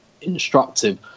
instructive